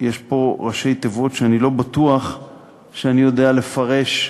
יש פה ראשי תיבות שאני לא בטוח שאני יודע לפרש.